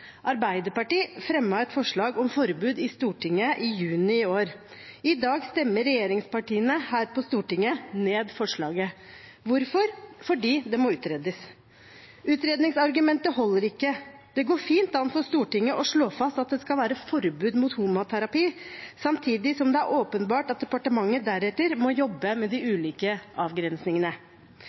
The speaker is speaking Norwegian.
Arbeiderpartiet fremmet i Stortinget i juni i år et forslag om forbud. I dag stemmer regjeringspartiene på Stortinget ned forslaget. Hvorfor? Fordi det må utredes. Utredningsargumentet holder ikke. Det går fint an for Stortinget å slå fast at det skal være forbud mot homoterapi, samtidig som det er åpenbart at departementet deretter må jobbe med de ulike avgrensningene.